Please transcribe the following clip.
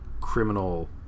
criminal